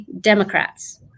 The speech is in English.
Democrats